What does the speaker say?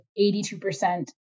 82%